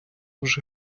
вже